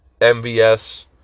MVS